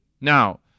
Now